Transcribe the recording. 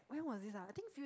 when was this ah I think